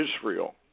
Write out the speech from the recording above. Israel